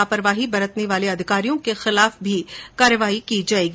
लापरवाही बरतने वाले अधिकारियों के खिलाफ भी कार्रवाई की जायेगी